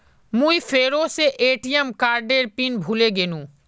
मुई फेरो से ए.टी.एम कार्डेर पिन भूले गेनू